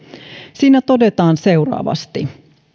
siinä todetaan seuraavasti